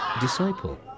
Disciple